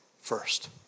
first